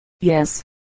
Yes